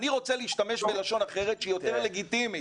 רוצה להשתמש בלשון אחרת שהיא יותר לגיטימית.